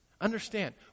Understand